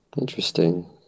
Interesting